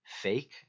fake